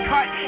Cut